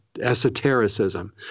esotericism